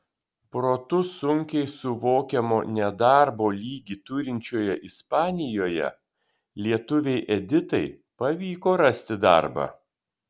protu sunkiai suvokiamo nedarbo lygį turinčioje ispanijoje lietuvei editai pavyko rasti darbą